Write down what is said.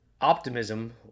optimism